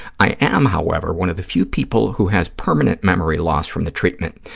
i am, however, one of the few people who has permanent memory loss from the treatment.